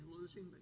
losing